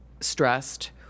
stressed